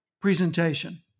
presentation